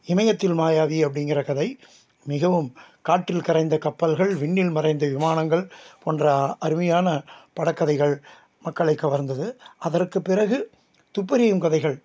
இமயத்தில் மாயாவி அப்படிங்கிற கதை மிகவும் காற்றில் கரைந்த கப்பல்கள் விண்ணில் மறைந்த விமானங்கள் போன்ற அருமையான படக்கதைகள் மக்களை கவர்ந்தது அதற்குப் பிறகு துப்பறியும் கதைகள்